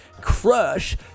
Crush